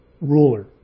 ruler